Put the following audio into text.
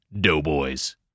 Doughboys